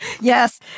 Yes